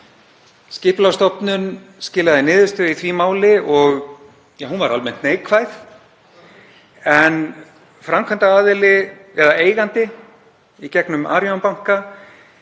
Skipulagsstofnun skilaði niðurstöðu í því máli og hún var almennt neikvæð, en framkvæmdaraðili, eða eigandi í gegnum Arion banka,